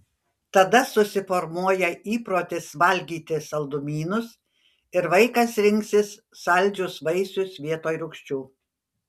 tada susiformuoja įprotis valgyti saldumynus ir vaikas rinksis saldžius vaisius vietoj rūgščių